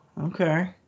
okay